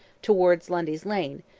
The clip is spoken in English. towards lundy's lane,